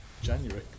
January